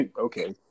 Okay